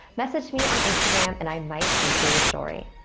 message me on instagram, and i might feature your story.